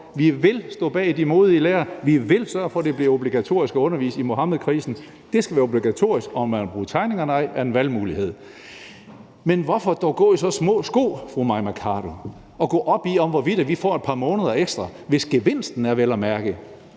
Vi vil stå bag de modige lærere. Vi vil sørge for, at det bliver obligatorisk at undervise i Muhammedkrisen. Det skal være obligatorisk; om man vil bruge tegningerne eller ej, er en valgmulighed. Men hvorfor dog gå i så små sko, fru Mai Mercado, og gå op i, hvorvidt vi får et par måneder ekstra, hvis gevinsten vel at mærke